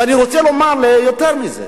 ואני רוצה לומר יותר מזה.